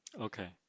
okay